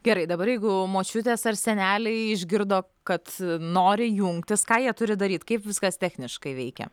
gerai dabar jeigu močiutės ar seneliai išgirdo kad nori jungtis ką jie turi daryti kaip viskas techniškai veikia